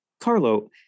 Carlo